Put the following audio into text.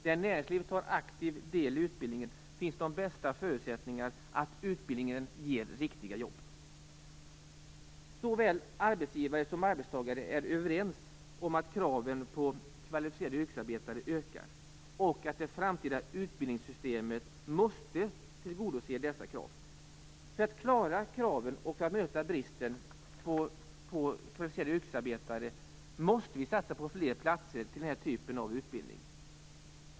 Där näringslivet tar aktiv del i utbildningen finns de bästa förutsättningarna för att utbildningen ger riktiga jobb. Såväl arbetsgivare som arbetstagare är överens om att kraven på kvalificerade yrkesarbetare ökar och att det framtida utbildningssystemet måste tillgodose dessa krav. För att vi skall kunna klara kraven och möta bristen på kvalificerade yrkesarbetare måste vi satsa på fler platser till den här typen av utbildning.